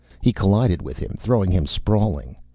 he collided with him, throwing him sprawling.